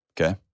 Okay